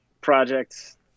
projects